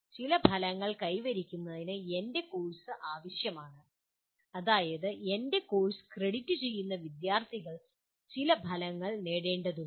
ചില ഫലങ്ങൾ കൈവരിക്കുന്നതിന് എൻ്റെ കോഴ്സ് ആവശ്യമാണ് അതായത് എൻ്റെ കോഴ്സ് ക്രെഡിറ്റ് ചെയ്യുന്ന വിദ്യാർത്ഥികൾ ചില ഫലങ്ങൾ നേടേണ്ടതുണ്ട്